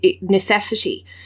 necessity